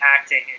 acting